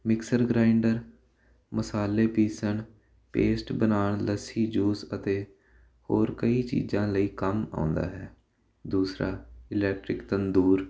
mixer grinder ਮਸਾਲੇ ਪੀਸਣ paste ਬਣਾਉਣ ਲੱਸੀ ਜੂਸ ਅਤੇ ਹੋਰ ਕਈ ਚੀਜ਼ਾਂ ਲਈ ਕੰਮ ਆਉਂਦਾ ਹੈ ਦੂਸਰਾ ਇਲੈਕਟਰਿਕ ਤੰਦੂਰ